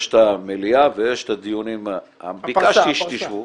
יש את המליאה ויש את הדיונים ה --- ביקשתי שתשבו,